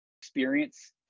experience